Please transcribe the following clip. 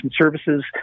services